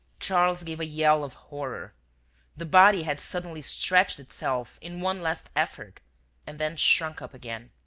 charles gave a yell of horror the body had suddenly stretched itself in one last effort and then shrunk up again.